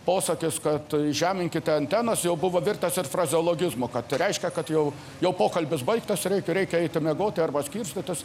posakis kad žeminkit antenas jau buvo virtęs ir frazeologizmu kad reiškia kad jau jau pokalbis baigtas reikia reikia eiti miegoti arba skirstytis